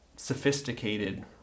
sophisticated